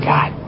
God